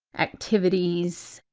activities,